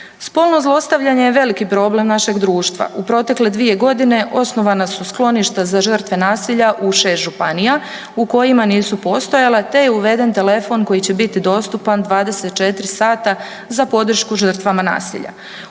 Spolno zlostavljanje je veliki problem našeg društva u protekle dvije godine osnovana su skloništa za žrtve nasilja u šest županija u kojima nisu postojale te je uveden telefon koji će biti dostupan 24 sata za podršku žrtvama nasilja.